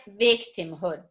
victimhood